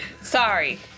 Sorry